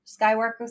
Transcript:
Skywalker